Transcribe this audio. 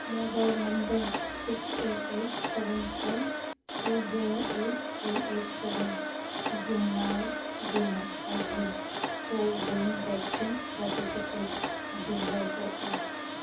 mobile number six eight eight seven four two zero eight two eight seven ꯁꯤꯖꯤꯟꯅꯗꯨꯅ ꯑꯩꯒꯤ CoWIN vaccine certificate ꯑꯗꯨ ꯂꯧꯊꯣꯛꯎ